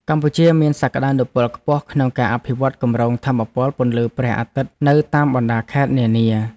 កម្ពុជាមានសក្តានុពលខ្ពស់ក្នុងការអភិវឌ្ឍគម្រោងថាមពលពន្លឺព្រះអាទិត្យនៅតាមបណ្តាខេត្តនានា។